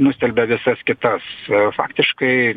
nustelbia visas kitas faktiškai